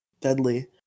deadly